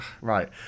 right